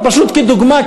פשוט כדוגמה,